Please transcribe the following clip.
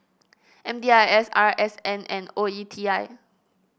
M D I S R S N and O E T I